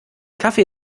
kaffee